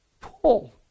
Paul